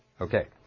Okay